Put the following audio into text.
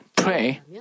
pray